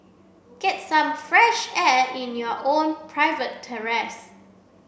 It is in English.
get some fresh air in your own private terrace